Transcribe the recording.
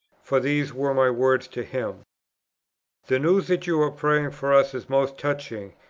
for these were my words to him the news that you are praying for us is most touching,